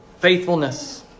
faithfulness